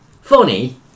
funny